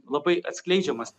labai atskleidžiamas